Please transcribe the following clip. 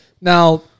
Now